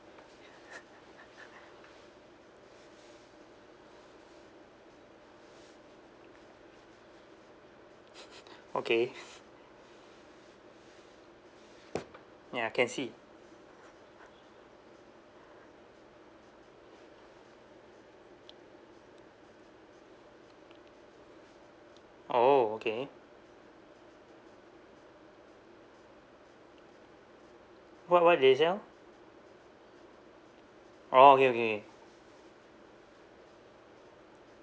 okay ya can see oh okay wha~ what they sell orh okay okay okay